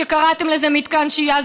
שקראתם לזה מתקן שהייה,